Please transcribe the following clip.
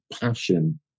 passion